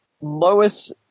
Lois